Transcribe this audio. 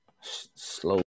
Slow